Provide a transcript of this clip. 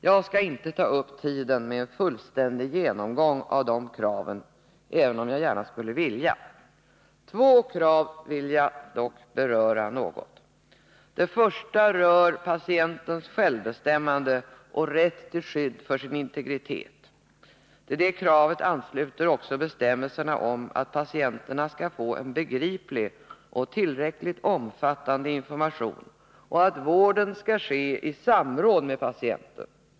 Jag skall inte nu ta upp tiden med en fullständig genomgång av dessa krav, även om jag gärna skulle vilja. Två krav vill jag dock något beröra. Det första rör patientens självbestämmande och rätt till skydd för sin integritet. Till detta krav ansluter bestämmelserna om att patienterna skall få en begriplig och tillräckligt omfattande information och att vården skall ske i samråd med patienten.